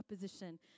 opposition